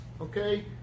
Okay